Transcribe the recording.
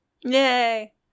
Yay